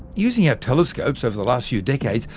using our telescopes over the last few decades,